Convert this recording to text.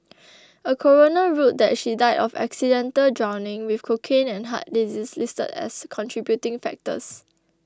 a coroner ruled that she died of accidental drowning with cocaine and heart diseases listed as contributing factors